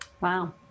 wow